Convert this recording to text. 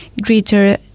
greater